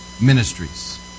ministries